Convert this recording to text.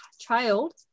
child